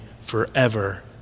forever